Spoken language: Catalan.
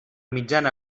mitjana